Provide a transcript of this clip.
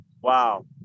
Wow